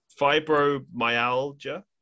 Fibromyalgia